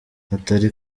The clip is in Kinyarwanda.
atari